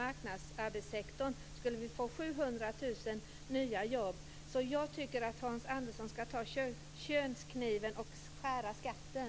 marknadsarbetssektorn skulle vi få 700 000 nya jobb. Jag tycker att Hans Andersson skall ta könskniven och skära skatten.